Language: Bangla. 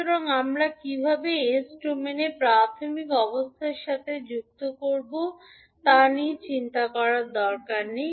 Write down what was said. সুতরাং আমরা কীভাবে এস ডোমেনে প্রাথমিক অবস্থার সাথে যুক্ত করব তা নিয়ে চিন্তা করার দরকার নেই